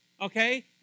Okay